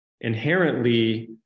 inherently